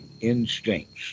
instincts